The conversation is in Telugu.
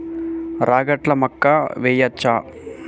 రాగట్ల మక్కా వెయ్యచ్చా?